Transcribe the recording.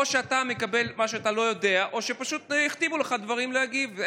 או שאתה מקבל את מה שאתה לא יודע או שפשוט הכתיבו לך דברים להגיב.